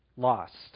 lost